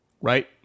right